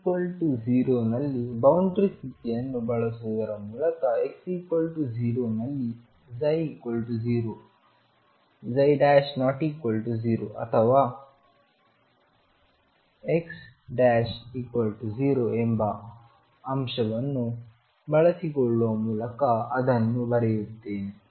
X 0 ನಲ್ಲಿ boundary ಸ್ಥಿತಿಯನ್ನು ಬಳಸುವುದರ ಮೂಲಕ x 0 ನಲ್ಲಿ ψ 0 ψ ≠ 0 ಅಥವಾ x 0 ಎಂಬ ಅಂಶವನ್ನು ಬಳಸಿಕೊಳ್ಳುವ ಮೂಲಕ ಅದನ್ನು ಬರೆಯುತ್ತೇನೆ